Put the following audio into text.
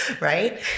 right